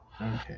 Okay